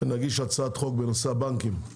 נגיש הצעת חוק בנושא הבנקים.